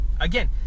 again